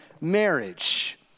marriage